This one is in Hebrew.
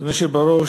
אדוני היושב בראש,